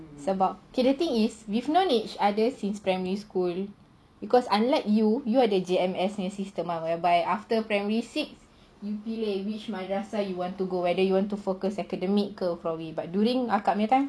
it's about the thing is we've known each other since primary school because unlike you you are the G_M_S_N system whereby after primary six you pilih which madrasah you want to go whether you want to focus academic girl probably but during kak punya time